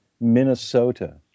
Minnesota